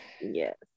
yes